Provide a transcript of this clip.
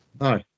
No